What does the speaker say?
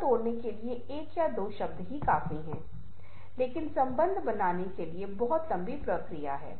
तो शब्द और छवियों के बीच बातचीत के माध्यम से अर्थ उत्पन्न होता है